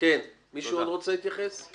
מישהו עוד רוצה להתייחס?